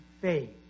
faith